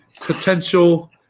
potential